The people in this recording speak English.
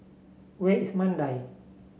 where is Mandai